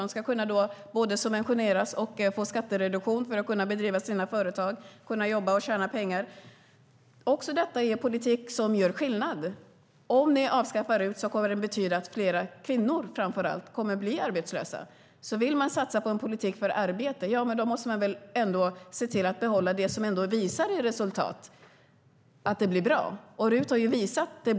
De ska kunna både subventioneras och få skattereduktion för att driva sina företag, jobba och tjäna pengar. Också detta är politik som gör skillnad. Om ni avskaffar RUT kommer det att betyda att framför allt fler kvinnor blir arbetslösa. Vill man satsa på en politik för arbete måste man väl ändå se till att behålla det som visar goda resultat, vilket RUT gjort.